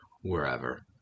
wherever